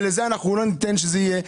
ולזה אנחנו לא ניתן שזה יהיה.